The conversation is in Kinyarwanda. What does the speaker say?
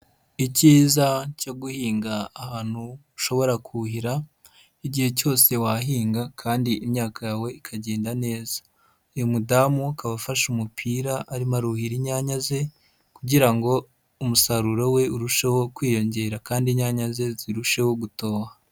Icyiza cyo guhinga ahantu ushobora kuhira, igihe cyose wahinga kandi imyaka yawe ikagenda neza, uyu mudamu akaba afashe umupira arimo aruhira inyanya ze kugira ngo umusaruro we urusheho kwiyongera kandi inyanya ze zirusheho gutoha.